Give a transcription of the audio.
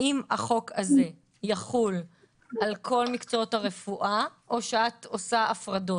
האם החוק הזה יחול על כל מקצועות הרפואה או שאת עושה הפרדות?